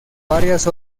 varias